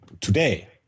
today